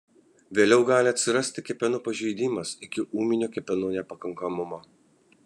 vėliau gali atsirasti kepenų pažeidimas iki ūminio kepenų nepakankamumo